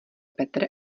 petr